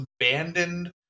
abandoned